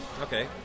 Okay